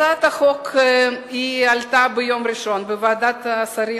הצעת החוק עלתה ביום ראשון בוועדת השרים